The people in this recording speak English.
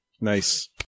Nice